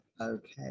okay